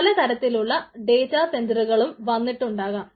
പല തരത്തിലുള്ള ഡേറ്റ സെന്ററുകൾ വന്നിട്ടും ഉണ്ടാകാം